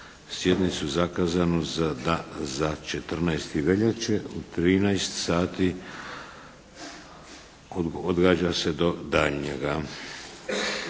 sjednicu zakazanu za 14. veljače u 13,00 sati, odgađa se do daljnjega.